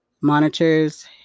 monitors